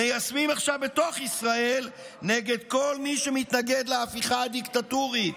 מיישמים עכשיו בתוך ישראל נגד כל מי שמתנגד להפיכה הדיקטטורית,